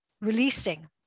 releasing